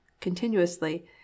continuously